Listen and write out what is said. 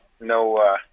no